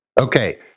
Okay